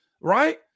right